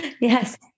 yes